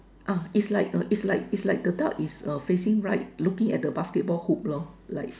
ah it's like uh it's like it's like the duck is facing right looking at the basketball hoop lor like